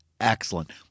excellent